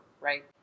right